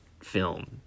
film